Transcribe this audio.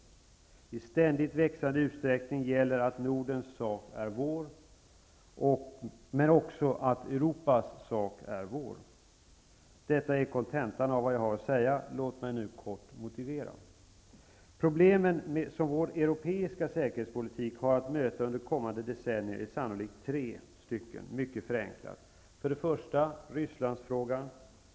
I ständigt växande utsträckning gäller att Nordens sak är vår, men också att Europas sak är vår. Detta är kontentan av vad jag har att säga. Låt mig nu kort motivera det. De problem som vår europeiska säkerhetspolitik har att möta under kommande decennier är mycket förenklat sannolikt tre stycken: För det första Rysslandsfrågan.